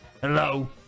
Hello